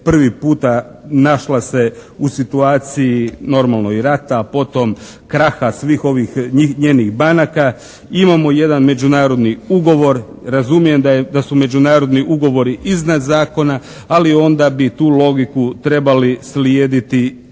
prvi puta našla se u situaciji normalno i rata, potom kraha svih ovih njenih banaka, imamo jedan međunarodni ugovor, razumijem da su međunarodni ugovori iznad zakona, ali onda bi tu logiku trebali slijediti jednako